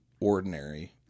ordinary